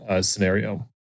scenario